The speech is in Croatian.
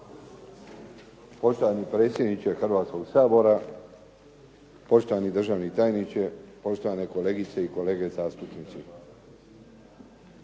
Poštovani predsjedniče Hrvatskoga sabora, poštovani državni tajniče, poštovani kolegice i kolege zastupnici.